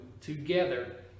together